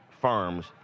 firms